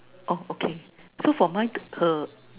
oh okay so for mine her